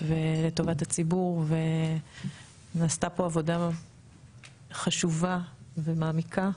ולטובת הציבור ונעשתה פה עבודה חשובה ומעמיקה,